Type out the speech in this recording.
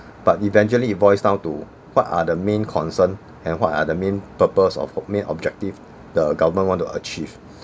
but eventually it boils down to what are the main concern and what are the main purpose of main objective the government want to achieve